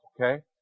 okay